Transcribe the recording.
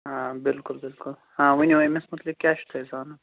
آ بِلکُل بِلکُل آ ؤنِو أمِس مُتعلِق کیٛاہ چھُو تۄہہِ زانُن